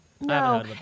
No